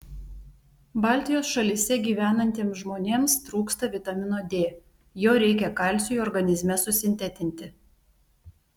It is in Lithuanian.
baltijos šalyse gyvenantiems žmonėms trūksta vitamino d jo reikia kalciui organizme susintetinti